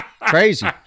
crazy